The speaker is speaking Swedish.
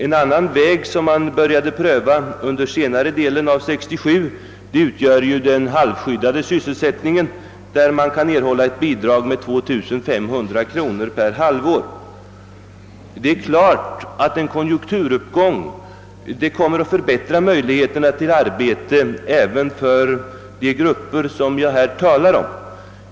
En annan väg som man började prö va under senare delen av 1967 utgör den halvskyddade sysselsättningen, där man kan erhålla ett bidrag med 2500 kronor per halvår. Det är klart att en konjunkturuppgång kommer att förbättra möjligheterna till arbete även för de grupper som jag här talar om.